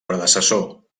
predecessor